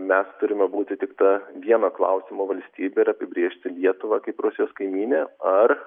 mes turime būti tik ta vieno klausimo valstybė ir apibrėžti lietuvą kaip rusijos kaimynė ar